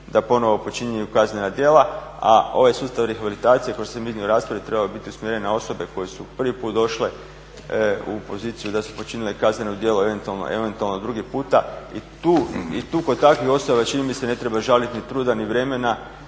da ponovno počine kaznena djela. A ovaj sustav rehabilitacije kao što sam iznio u raspravi trebao bi biti usmjeren na osobe koje su prvi put došle u poziciju da su počinile kazneno djelo eventualno dugo puta i tu kod takvih osoba čini mi se ne treba žaliti ni truda, ni vremena,